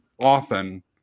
often